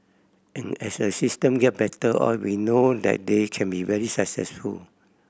and as the system get better oiled we know that they can be very successful